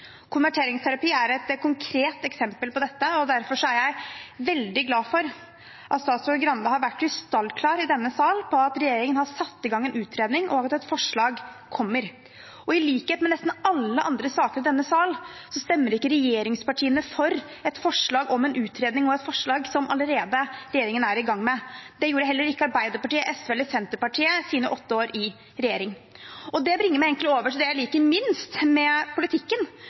Konverteringsterapi er et konkret eksempel på dette. Derfor er jeg veldig glad for at statsråd Skei Grande har vært krystallklar i denne sal på at regjeringen har satt i gang en utredning, og at et forslag kommer. I likhet med i nesten alle andre saker i denne sal stemmer ikke regjeringspartiene for et forslag om en utredning og et forslag som regjeringen allerede er i gang med. Det gjorde heller ikke Arbeiderpartiet, SV eller Senterpartiet i sine åtte år i regjering. Det bringer meg egentlig over til det jeg liker minst med politikken,